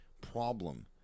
problem